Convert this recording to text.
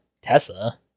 Tessa